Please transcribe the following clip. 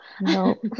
No